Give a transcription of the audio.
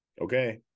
okay